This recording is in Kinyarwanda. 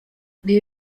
ibi